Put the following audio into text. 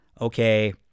okay